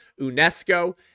UNESCO